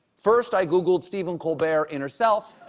first, i googled stephen colbert inner self,